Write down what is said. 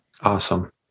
Awesome